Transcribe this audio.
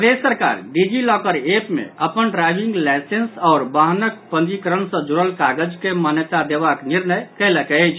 प्रदेश सरकार DigiLocker app मे अपन ड्राईविंग लाईसेंस आओर वाहनक पंजीकरण सँ जुड़ल कागज के मान्यता देबाक निर्णय कयलक अछि